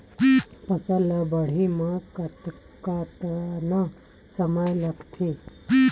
फसल ला बाढ़े मा कतना समय लगथे?